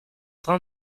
train